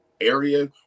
area